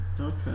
okay